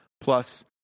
plus